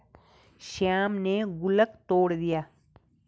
श्याम ने गुल्लक तोड़ दिया